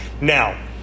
Now